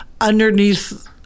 underneath